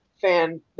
fan